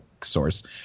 Source